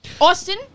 Austin